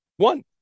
One